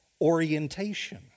Orientation